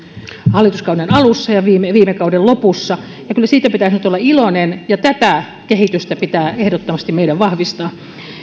hallituskauden alussa ja viime kauden lopussa kyllä siitä pitäisi nyt olla iloinen ja tätä kehitystä pitää ehdottomasti meidän vahvistaa